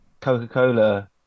Coca-Cola